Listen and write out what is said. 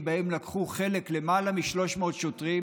שבהם לקחו חלק למעלה מ-300 שוטרים